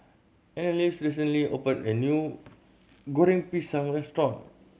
Anneliese recently opened a new Goreng Pisang restaurant